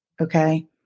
Okay